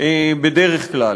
רואים אותה, בדרך כלל.